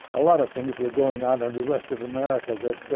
a lot of things were going on in the rest of america that